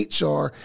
HR